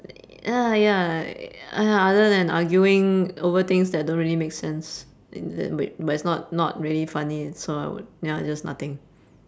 uh ya !aiya! other than arguing over things that don't really make sense is that wait but it's not not really funny so I would ya just nothing